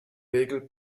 regel